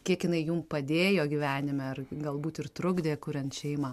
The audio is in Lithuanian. kiek jinai jum padėjo gyvenime ar galbūt ir trukdė kuriant šeimą